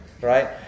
Right